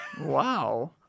Wow